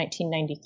1993